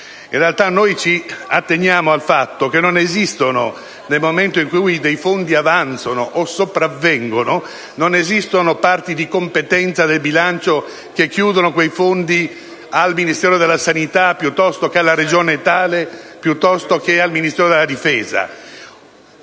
In realtà ci atteniamo al fatto che, nel momento in cui dei fondi avanzano o sopravvengono, non esistono parti di competenza del bilancio che riservano quei fondi al Ministero della sanità piuttosto che alla tal Regione o al Ministero della difesa: